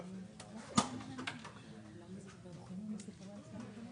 הסתייגות מספר 64